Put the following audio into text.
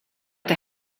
der